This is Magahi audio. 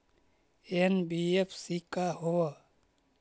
एन.बी.एफ.सी का होब?